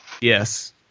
Yes